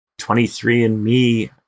23andMe